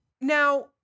Now